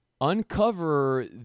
uncover